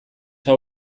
hau